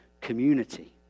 community